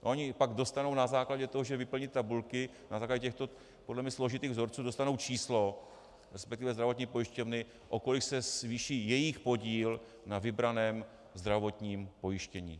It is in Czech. Oni pak dostanou na základě toho, že vyplní tabulky, na základě těchto podle mě složitých vzorců, číslo, resp. zdravotní pojišťovny, o kolik se zvýší jejich podíl na vybraném zdravotním pojištění.